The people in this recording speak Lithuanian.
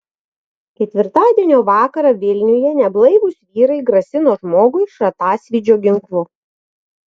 ketvirtadienio vakarą vilniuje neblaivūs vyrai grasino žmogui šratasvydžio ginklu